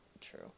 True